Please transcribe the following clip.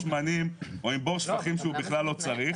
שמנים או עם בור שפכים שהוא בכלל לא צריך,